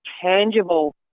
tangible